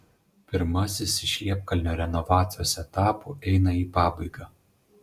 pirmasis iš liepkalnio renovacijos etapų eina į pabaigą